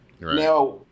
Now